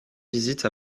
visite